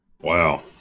wow